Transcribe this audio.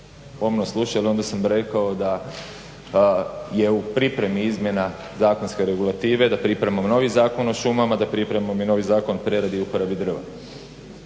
pomno slušali onda sam rekao da je u pripremi izmjena zakonske regulative, da priprema novi Zakon o šumama, da pripremamo i novi Zakon o preradi i uporabi drva